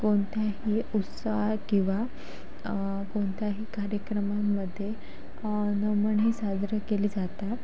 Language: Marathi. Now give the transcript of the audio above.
कोणत्याही उत्सवात किंवा कोणत्याही कार्यक्रमामध्ये नमन हे साजरे केले जातात